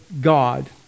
God